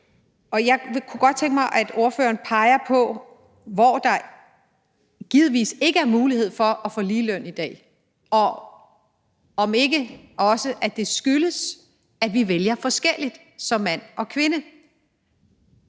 Jeg kunne godt tænke mig, at ordføreren peger på, hvor der givetvis ikke er mulighed for at få ligeløn i dag, og fortæller, om det ikke også skyldes, at man som mand og kvinde